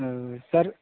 sir